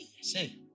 Say